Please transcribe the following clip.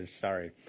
Sorry